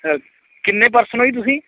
ਕਿੰਨੇ ਪਰਸਨ ਹੋ ਜੀ ਤੁਸੀਂ